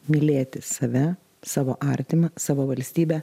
mylėti save savo artimą savo valstybę